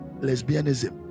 lesbianism